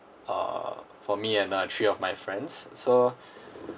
uh for me and uh three of my friends so